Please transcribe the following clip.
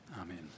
Amen